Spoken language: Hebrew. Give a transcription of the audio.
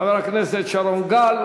חבר הכנסת שרון גל,